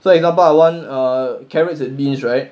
so example I want err carrots and beans right